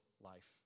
life